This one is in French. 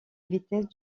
vitesse